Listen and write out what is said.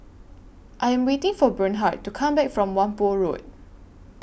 I Am waiting For Bernhard to Come Back from Whampoa Road